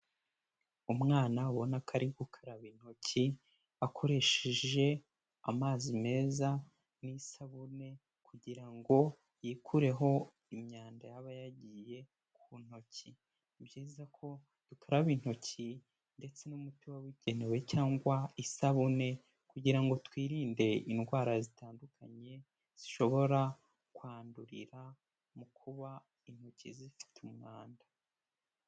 Umwana ubona ko ari gukaraba intoki akoresheje amazi meza n'isabune kugira ngo yikureho imyanda yaba yagiye ku ntoki, ni byiza ko dukaraba intoki ndetse n'umuti wabugenewe cyangwa isabune kugira ngo twirinde indwara zitandukanye zishobora kwandurira mu kuba intoki zifite umwanda.